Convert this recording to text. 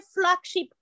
flagship